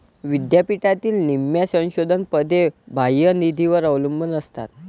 विद्यापीठातील निम्म्या संशोधन पदे बाह्य निधीवर अवलंबून असतात